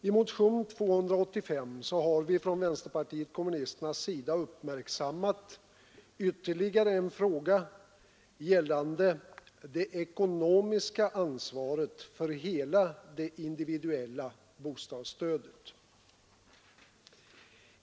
I motionen 285 har vi från vänsterpartiet kommunisternas sida uppmärksammat ytterligare en fråga, nämligen det ekonomiska ansvaret för hela det individuella bostadsstödet.